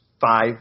five